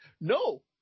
No